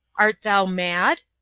art thou mad?